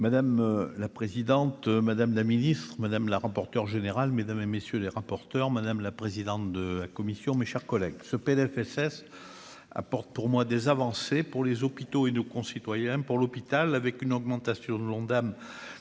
Madame la présidente, madame la ministre, madame la rapporteure générale, mesdames et messieurs les rapporteurs, madame la présidente de la commission, mes chers collègues ce PLFSS apporte pour moi des avancées pour les hôpitaux et nos concitoyens pour l'hôpital avec une augmentation de l'Ondam